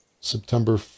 September